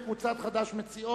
סעיף 13,